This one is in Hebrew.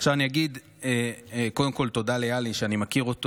עכשיו אני אגיד קודם כול תודה ליהלי, שאני מכיר,